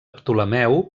ptolemeu